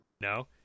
No